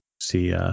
See